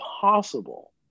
possible